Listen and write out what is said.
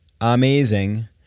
amazing